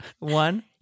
One